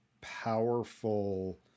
powerful